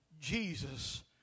Jesus